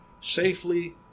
Safely